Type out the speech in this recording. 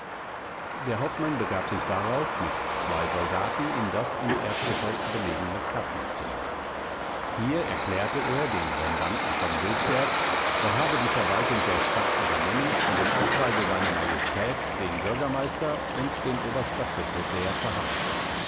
der hauptmann begab sich darauf mit zwei soldaten in das im erdgeschoß belegene kassenzimmer hier erklärte er dem rendanten v wiltberg er habe die verwaltung der stadt übernommen und im auftrage seiner majestät den bürgermeister und den oberstadtsekretär verhaftet